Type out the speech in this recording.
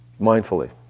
mindfully